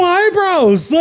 eyebrows